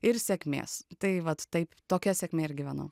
ir sėkmės tai vat taip tokia sėkme ir gyvenau